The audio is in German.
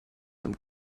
dem